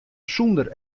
sûnder